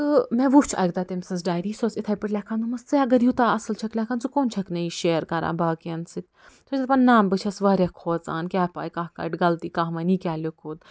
تہٕ مےٚ وُچھ اکہِ دۄہ تٔمۍ سٕنٛز ڈایری سۄ ٲس یِتھے پٲٹھۍ لٮ۪کھان دوٚپمس ژے اگر یوٗتاہ اصٕل چکھ لٮ۪کھان ژٕ کونہٕ چھِکھ نہٕ یہِ شیر کَران باقین سۭتۍ سۄ چھِ دَپان نا بہٕ چھَس وارِیاہ کھوٚژان کیٛاہ پاے کانٛہہ کَڑِ غلطی کانٛہہ وَنہِ یہِ کیٛاہ لیوٚکھُت